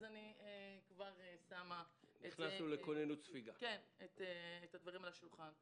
אז אני שמה את הדברים על השולחן כבר.